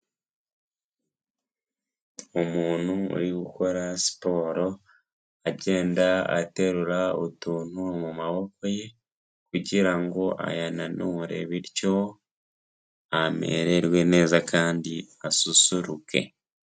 Umuntu uri gukora siporo agenda aterura utuntu mu maboko ye, kugira ngo ayananure bityo amererwe neza kandi asusuruke.